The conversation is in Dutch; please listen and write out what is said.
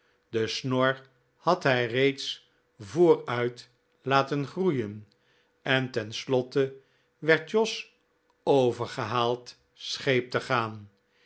de snor had hij reeds vooruit laten groeien en ten slotte werd jos overgehaald scheep te gaan